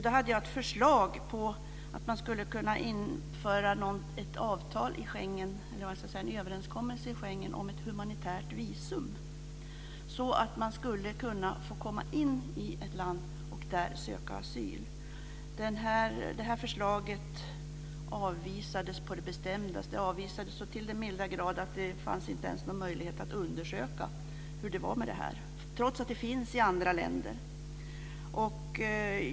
Då hade jag ett förslag om att man skulle kunna införa en överenskommelse i Schengen om ett humanitärt visum, så att människor skulle kunna få komma in i ett land och där söka asyl. Det här förslaget avvisades på det bestämdaste. Det avvisades så till den milda grad att det inte ens fanns någon möjlighet att undersöka hur det var med det här, trots att det finns i andra länder.